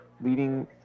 leading